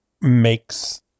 makes